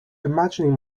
imagining